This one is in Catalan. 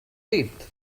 dit